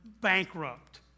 bankrupt